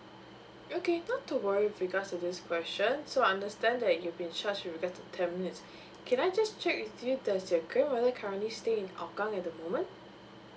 okay not to worry with regards to this question so I understand that you've been charged with regards to ten minutes can I just check with you does your grandmother currently stay in hougang at the moment